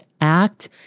act